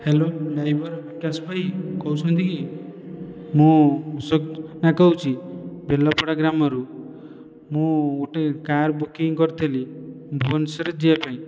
hello driver Bikash ଭାଇ କହୁଛନ୍ତି କି ମୁଁ ଅଶୋକ ନା କହୁଛି ବେଲପଡ଼ା ଗ୍ରାମରୁ ମୁଁ ଗୋଟିଏ କାର୍ ବୁକିଂ କରିଥିଲି ଭୁବନେଶ୍ୱର ଯିବା ପାଇଁ